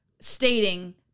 stating